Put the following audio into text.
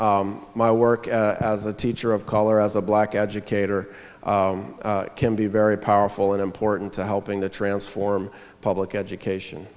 my work as a teacher of color as a black educator can be very powerful and important to helping to transform public education